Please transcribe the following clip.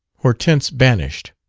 hortense banished.